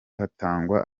hatangwa